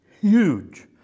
huge